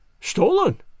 Stolen